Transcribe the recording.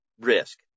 risk